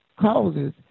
causes